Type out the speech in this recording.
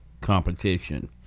competition